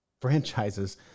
franchises